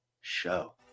show